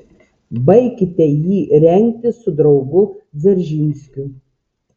baikite jį rengti su draugu dzeržinskiu